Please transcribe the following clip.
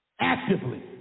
actively